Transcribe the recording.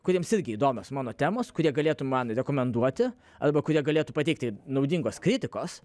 kuriems irgi įdomios mano temos kurie galėtų man rekomenduoti arba kurie galėtų pateikti naudingos kritikos